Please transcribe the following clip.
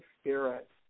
spirit